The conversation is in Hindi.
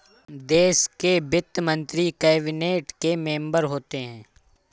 देश के वित्त मंत्री कैबिनेट के मेंबर होते हैं